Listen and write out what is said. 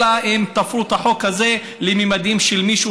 אלא אם תהפכו את החוק הזה לממדים של מישהו,